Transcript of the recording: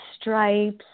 stripes